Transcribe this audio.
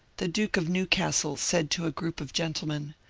the duke of newcastle said to a group of gentlemen,